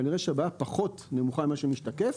כנראה שהבעיה נמוכה ממה שמשתקף.